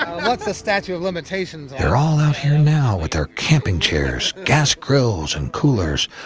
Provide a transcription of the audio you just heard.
not the statute of limitations. they're all out here now with our camping chairs, gas grills, and coolers,